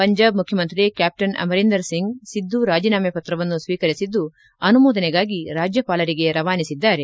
ಪಂಜಾಬ್ ಮುಖ್ಯಮಂತ್ರಿ ಕ್ಯಾಪ್ಟನ್ ಅಮರಿಂದರ್ ಸಿಂಗ್ ಸಿದ್ದು ರಾಜೀನಾಮೆ ಪ್ರತ್ರವನ್ನು ಸ್ವೀಕರಿಸಿದ್ದು ಅನುಮೋದನೆಗಾಗಿ ರಾಜ್ಯಪಾಲರಿಗೆ ರವಾನಿಸಿದ್ದಾರೆ